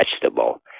vegetable